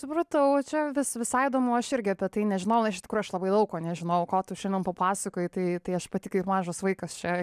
supratau čia vis visai įdomu aš irgi apie tai nežinojau aš iš tikrų aš labai daug ko nežinojau ko tu šiandien papasakojai tai tai aš pati kaip mažas vaikas čia